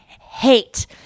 hate